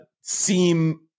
seem